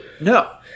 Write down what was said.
No